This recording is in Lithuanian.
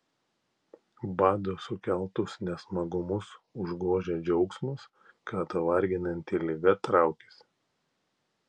bado sukeltus nesmagumus užgožia džiaugsmas kad varginanti liga traukiasi